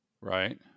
Right